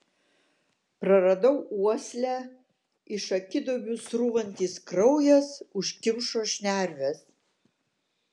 praradau uoslę iš akiduobių srūvantis kraujas užkimšo šnerves